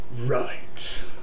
Right